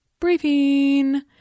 Briefing